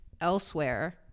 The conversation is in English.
elsewhere